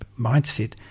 mindset